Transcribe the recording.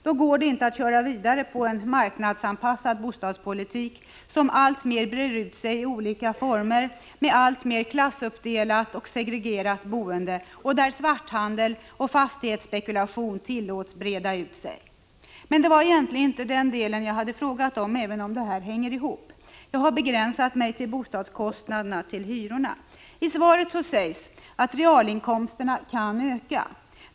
Då går det inte att köra vidare med en marknadsanpassad bostadspolitik, vars olika former ger ett alltmer klassuppdelat och segregerat boende och som tillåter svarthandel och fastighetsspekulation att breda ut sig. Men det var egentligen inte den delen jag hade frågat om, även om dessa frågor hänger ihop. Jag har begränsat mig till bostadskostnaderna, till hyrorna. I svaret sägs att ”realinkomsterna kan öka.